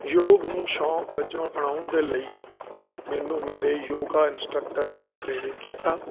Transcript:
ਯੋਗ ਨੂੰ ਸ਼ੌਂਕ ਵਜੋਂ ਅਪਣਾਉਣ ਦੇ ਲਈ ਮੈਨੂੰ ਮੇਰੇ ਯੋਗਾ ਇੰਸਟਰਕਟਰ ਨੇ ਪ੍ਰੇਰਿਤ ਕੀਤਾ